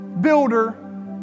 Builder